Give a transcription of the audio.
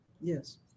Yes